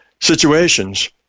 situations